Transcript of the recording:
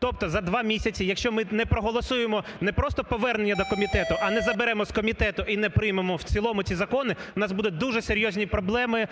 Тобто за 2 місяці, якщо ми не проголосуємо не просто повернення до комітету, а не заберемо з комітету і не приймемо в цілому ці закони, у нас будуть дуже серйозні проблеми